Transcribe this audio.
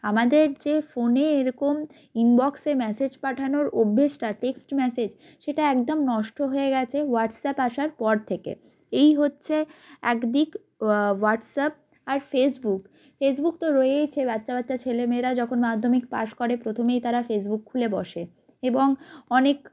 আমাদের যে ফোনে এরকম ইনবক্সে মেসেজ পাঠানোর অভ্যেসটা টেক্সট ম্যাসেজ সেটা একদম নষ্ট হয়ে গেছে হোয়াটসঅ্যাপ আসার পর থেকে এই হচ্ছে একদিক হোয়াটসঅ্যাপ আর ফেসবুক ফেসবুক তো রয়েইছে বাচ্চা বাচ্চা ছেলে মেয়েরা যখন মাধ্যমিক পাশ করে প্রথমেই তারা ফেসবুক খুলে বসে এবং অনেক